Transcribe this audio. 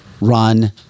run